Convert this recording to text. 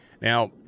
Now